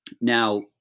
Now